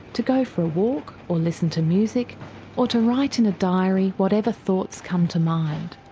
to go for a walk or listen to music or to write in a diary whatever thoughts come to mind.